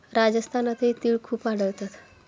राजस्थानातही तिळ खूप आढळतात